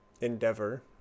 endeavor